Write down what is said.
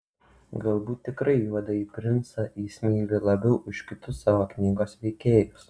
galbūt tikrai juodąjį princą jis myli labiau už kitus savo knygos veikėjus